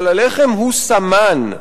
אבל הלחם הוא סמן.